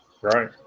Right